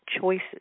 choices